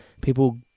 people